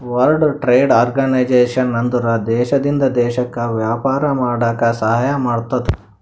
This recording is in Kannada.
ವರ್ಲ್ಡ್ ಟ್ರೇಡ್ ಆರ್ಗನೈಜೇಷನ್ ಅಂದುರ್ ದೇಶದಿಂದ್ ದೇಶಕ್ಕ ವ್ಯಾಪಾರ ಮಾಡಾಕ ಸಹಾಯ ಮಾಡ್ತುದ್